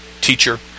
teacher